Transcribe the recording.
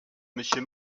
monsieur